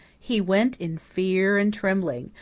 he went in fear and trembling,